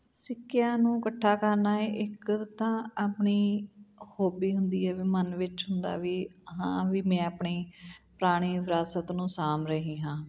ਸਿੱਕਿਆਂ ਨੂੰ ਇਕੱਠਾ ਕਰਨਾ ਇੱਕ ਤਾਂ ਆਪਣੀ ਹੋਬੀ ਹੁੰਦੀ ਹੈ ਵੀ ਮਨ ਵਿੱਚ ਹੁੰਦਾ ਵੀ ਹਾਂ ਵੀ ਮੈਂ ਆਪਣੀ ਪੁਰਾਣੀ ਵਿਰਾਸਤ ਨੂੰ ਸਾਂਭ ਰਹੀ ਹਾਂ